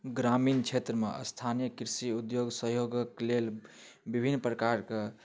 ग्रामीण क्षेत्रमे स्थानीय कृषि उद्योग सहयोगके लेल विभिन्न प्रकार शके